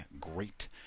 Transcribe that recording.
great